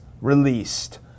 released